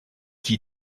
qui